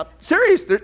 serious